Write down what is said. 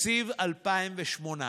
אבל בואו לא נהפוך אותם,